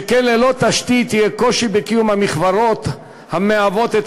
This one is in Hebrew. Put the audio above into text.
שכן ללא תשתית יהיה קושי בקיום המכוורות המהוות את